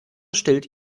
stillt